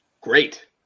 great